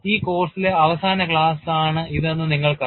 ഈ കോഴ്സിലെ അവസാന ക്ലാസാണ് ഇതെന്ന് നിങ്ങൾക്കറിയാം